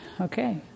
Okay